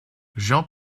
jean